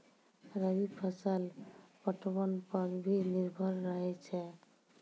रवि फसल पटबन पर भी निर्भर रहै छै